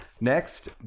Next